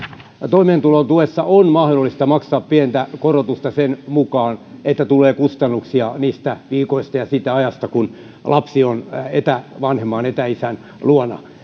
toimeentulotuessa on mahdollista maksaa pientä korotusta sen mukaan että tulee kustannuksia niistä viikoista ja siitä ajasta kun lapsi on etäisän luona